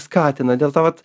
skatina dėl to vat